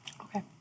Okay